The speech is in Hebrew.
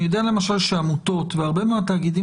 אני יודע למשל שעמותות והרבה מהתאגידים